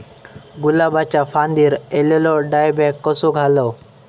गुलाबाच्या फांदिर एलेलो डायबॅक कसो घालवं?